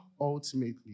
ultimately